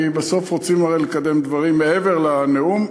כי בסוף הרי רוצים לקדם דברים מעבר לנאום,